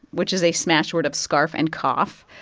which is a smash word of scarf and cough.